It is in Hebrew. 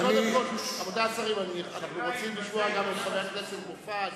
אנחנו רוצים לשמוע גם את חבר הכנסת מופז,